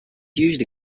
usually